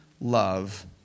love